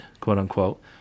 quote-unquote